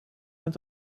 met